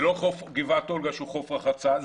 זה לא חוף גבעת אולגה שהוא חוף רחצה.